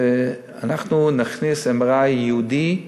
אנחנו נכניס MRI ייעודי,